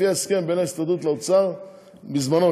לפי ההסכם בין ההסתדרות לאוצר שהיה בזמנו,